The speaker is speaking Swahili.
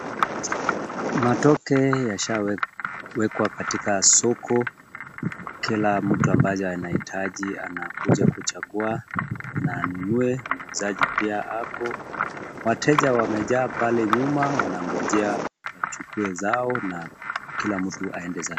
Matoke yashawekwa katika soko. Kila mtu ambaye anahitaji anakuja kuchagua na anunue ,muuzaji pia ako. Wateja wamejaa pale nyuma wanangojea wachukue zao na kila mtu aende zake.